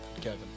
Kevin